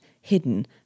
hidden